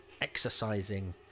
exercising